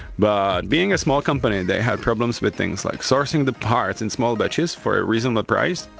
but being a small company, they had problems with things like sourcing the parts in small batches for a reasonable price,